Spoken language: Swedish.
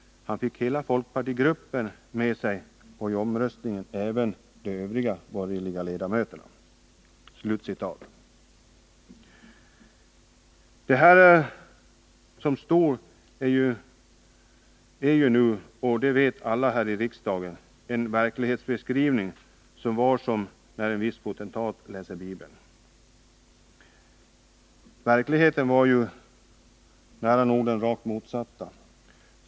Han fick hela folkpartigruppen med sig och i omröstningen även de övriga borgerliga ledamöterna.” Den här verklighetsbeskrivningen är, och det vet alla här i riksdagen, av samma slag som resultatet när en viss potentat läser Bibeln. Verkligheten var ju nära nog den rakt motsatta.